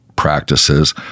practices